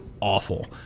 awful